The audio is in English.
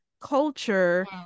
culture